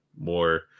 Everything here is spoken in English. more